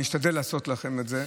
אני אשתדל לעשות לכם את זה.